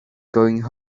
going